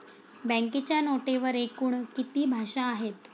बँकेच्या नोटेवर एकूण किती भाषा आहेत?